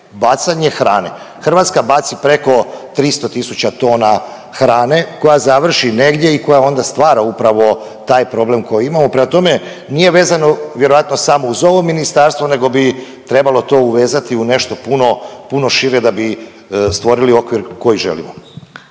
bacanje hrane. Hrvatska baci preko 300 tisuća tona hrane koja završi negdje i koja onda stvara upravo taj problem koji imamo. Prema tome, nije vezano vjerojatno samo uz ovo ministarstvo nego bi trebalo to uvezati u nešto puno, puno šire da bi stvorili okvir koji želimo.